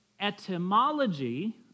etymology